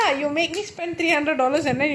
ya because we bought it altogether right